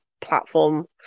platform